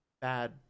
bad